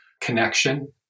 connection